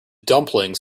dumplings